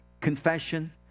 confession